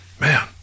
Man